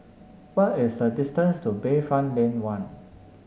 what is the distance to Bayfront Lane One